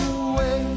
away